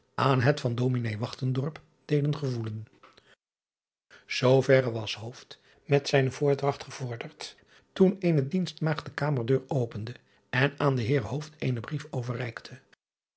aan het van s deden gevoelen ooverre was met zijne voordragt gevorderd toen eene dienstmaagd de kamerdeur opende en aan den eer eenen brief overreikte